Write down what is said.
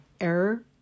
Error